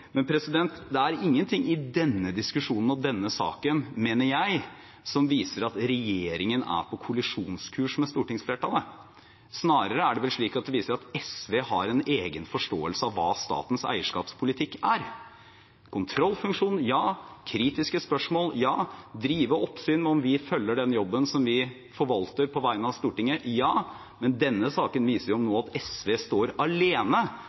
men det er ingenting i denne diskusjonen og denne saken, mener jeg, som viser at regjeringen er på kollisjonskurs med stortingsflertallet. Snarere er det vel slik at det viser seg at SV har en egen forståelse av hva statens eierskapspolitikk er. Kontrollfunksjon – ja. Kritiske spørsmål – ja. Drive oppsyn med om vi følger den jobben som vi forvalter på vegne av Stortinget – ja. Men denne saken viser nå at SV står alene